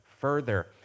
further